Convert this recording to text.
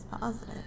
positive